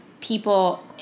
people